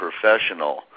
professional